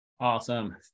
Awesome